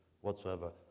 whatsoever